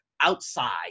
outside